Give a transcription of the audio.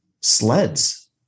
sleds